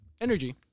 Energy